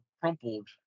crumpled